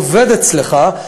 הוא עובד אצלך,